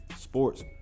Sports